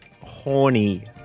Horny